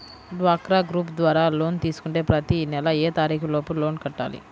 డ్వాక్రా గ్రూప్ ద్వారా లోన్ తీసుకుంటే ప్రతి నెల ఏ తారీకు లోపు లోన్ కట్టాలి?